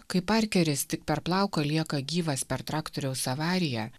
kai parkeris tik per plauką lieka gyvas per traktoriaus avariją